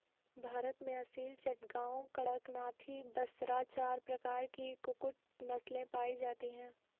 भारत में असील, चटगांव, कड़कनाथी, बसरा चार प्रकार की कुक्कुट नस्लें पाई जाती हैं